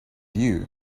you